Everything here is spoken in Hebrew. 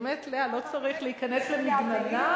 באמת, לאה, לא צריך להיכנס למגננה.